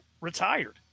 retired